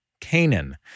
Canaan